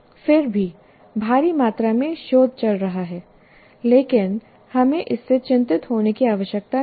फिर भी भारी मात्रा में शोध चल रहा है लेकिन हमें इससे चिंतित होने की आवश्यकता नहीं है